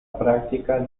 práctica